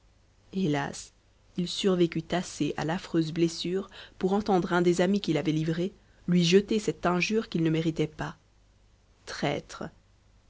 hélas il survécut assez à l'affreuse blessure pour entendre un des amis qu'il avait livrés lui jeter cette injure qu'il ne méritait pas traître